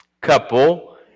couple